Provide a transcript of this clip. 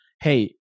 hey